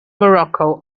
morocco